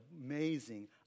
amazing